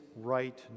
right